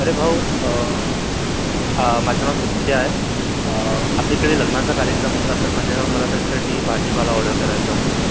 अरे भाऊ माझं नाव सत्या आहे आपल्याइकडे लग्नाचा कार्यक्रम होता तर माझ्या मला त्याच्यासाठी भाजीपाला ऑर्डर करायचा होता